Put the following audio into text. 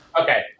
Okay